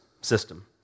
system